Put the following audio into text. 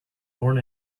born